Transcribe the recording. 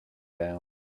down